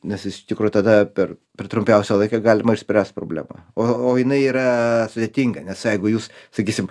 nes iš tikro tada per trumpiausią laiką galima išspręst problemą o o jinai yra sudėtinga nes jeigu jūs sakysim